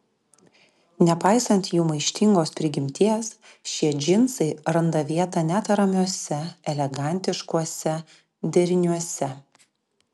nepaisant jų maištingos prigimties šie džinsai randa vietą net ramiuose elegantiškuose deriniuose